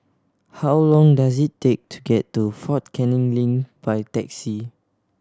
how long does it take to get to Fort Canning Link by taxi